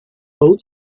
both